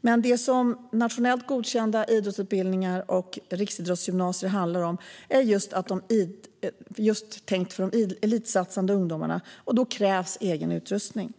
Men de nationellt godkända idrottsutbildningarna och riksidrottsgymnasierna är tänkta just för de elitsatsande ungdomarna, och då krävs egen utrustning.